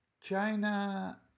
China